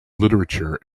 literature